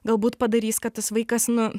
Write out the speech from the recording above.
galbūt padarys kad tas vaikas nu